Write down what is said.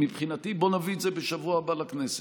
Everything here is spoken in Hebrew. מבחינתי בוא נביא את זה בשבוע הבא לכנסת,